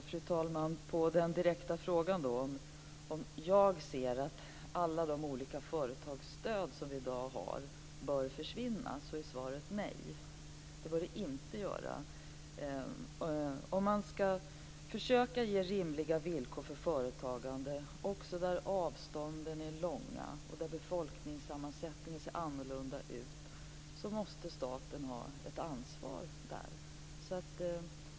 Fru talman! På den direkta frågan om jag ser att alla de olika företagsstöd som vi har i dag bör försvinna är svaret nej. Det bör de inte göra. Om man ska försöka ge rimliga villkor för företagande också där avstånden är långa och befolkningssammansättningen ser annorlunda ut måste staten ha ett ansvar.